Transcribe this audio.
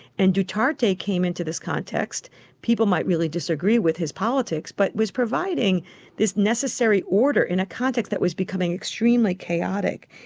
and duterte came into this context, and people might really disagree with his politics, but was providing this necessary order in a context that was becoming extremely chaotic.